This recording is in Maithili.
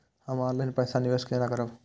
हम ऑनलाइन पैसा निवेश केना करब?